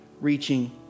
reaching